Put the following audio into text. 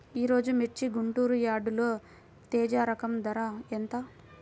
ఈరోజు మిర్చి గుంటూరు యార్డులో తేజ రకం ధర ఎంత?